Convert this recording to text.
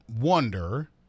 wonder –